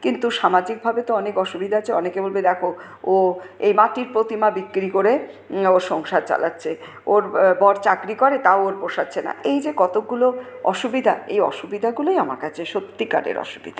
কিন্তু সামাজিকভাবে তো অনেক অসুবিধা আছে অনেকে বলবে দেখো ও এই মাটির প্রতিমা বিক্রি করে ওর সংসার চালাচ্ছে ওর বর চাকরি করে তাও ওর পোষাচ্ছেনা এই যে কতকগুলো অসুবিধা এই অসুবিধাগুলোই আমার কাছে সত্যিকারের অসুবিধা